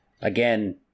Again